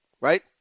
Right